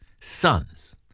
sons